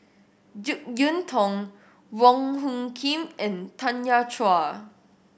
Jek Yeun Thong Wong Hung Khim and Tanya Chua